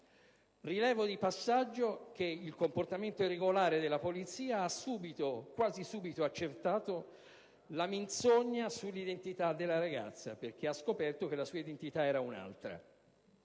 Rilevo di passaggio che il comportamento regolare della Polizia ha quasi subito accertato la menzogna sull'identità della ragazza, perché si è scoperto che la sua identità era un'altra.